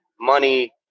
money